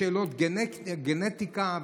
שאלות גנטיקה,